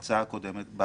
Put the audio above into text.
כץ זה עכשיו?